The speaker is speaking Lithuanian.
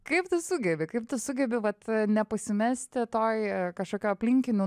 kaip tu sugebi kaip tu sugebi vat nepasimesti toj kažkokioj aplinkinių